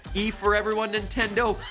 he for everyone nintendo,